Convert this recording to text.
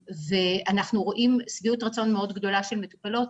ואנחנו רואים שביעות רצון מאוד גדולה של מטופלות.